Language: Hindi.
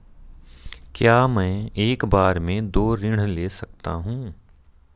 क्या मैं एक बार में दो ऋण ले सकता हूँ?